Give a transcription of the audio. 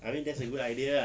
I mean that's a good idea ah